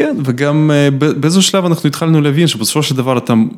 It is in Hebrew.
כן, וגם באיזשהו שלב אנחנו התחלנו להבין שבסופו של דבר אתה...